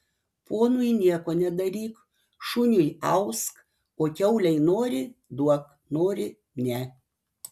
ponui nieko nedaryk šuniui ausk o kiaulei nori duok nori ne